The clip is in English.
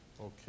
Okay